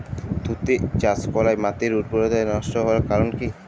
তুতে চাষ করাই মাটির উর্বরতা নষ্ট হওয়ার কারণ কি?